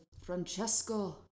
Francesco